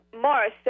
Mars